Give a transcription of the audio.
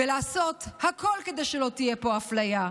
ולעשות הכול כדי שלא תהיה פה אפליה.